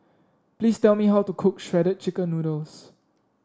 please tell me how to cook Shredded Chicken Noodles